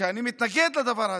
שאני מתנגד לדבר הזה.